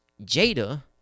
Jada